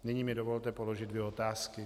Nyní mi dovolte položit dvě otázky.